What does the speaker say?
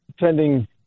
attending